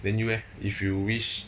then you eh if you wish